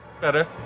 better